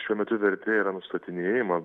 šiuo metu vertė yra nustatinėjama